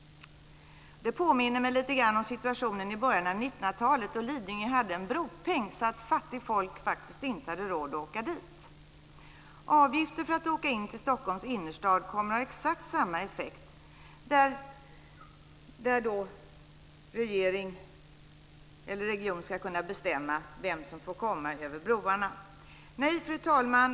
Det påminner om situationen i början av 1900 talet då Lidingö hade en bropeng så att fattigt folk inte hade råd att åka dit. Avgifter för att åka in till Stockholms innerstad kommer att ha exakt samma effekt där regionen ska kunna bestämma vem som får komma över broarna. Fru talman!